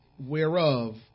Whereof